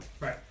Right